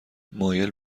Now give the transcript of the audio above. مایل